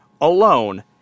alone